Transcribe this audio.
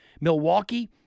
Milwaukee